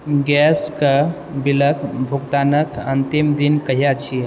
गैसके बिलक भुगतानक अन्तिम दिन कहिया छियै